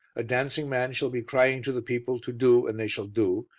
a dancing man shall be crying to the people to do and they shall do,